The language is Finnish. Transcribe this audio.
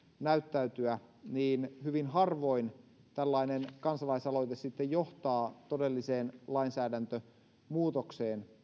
näyttäytyä niin hyvin harvoin tällainen kansalaisaloite johtaa todelliseen lainsäädäntömuutokseen